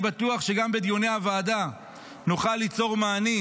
אני בטוח שגם בדיוני הוועדה נוכל ליצור מענים